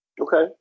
Okay